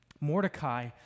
Mordecai